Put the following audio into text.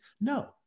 no